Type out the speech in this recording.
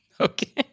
Okay